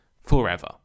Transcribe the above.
forever